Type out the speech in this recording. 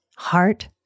heart